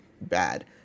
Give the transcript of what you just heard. bad